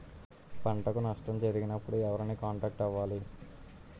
పంటకు నష్టం జరిగినప్పుడు ఎవరిని కాంటాక్ట్ అవ్వాలి?